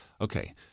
Okay